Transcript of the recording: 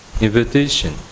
invitation